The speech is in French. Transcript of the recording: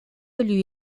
lui